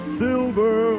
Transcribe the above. silver